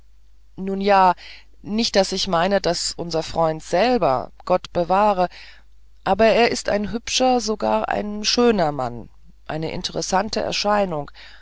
nun ja nicht daß ich meine daß unser freund selber gott bewahre aber er ist ein hübscher sogar ein schöner mann eine interessante erscheinung